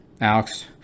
Alex